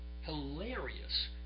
hilarious